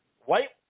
white